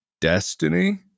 Destiny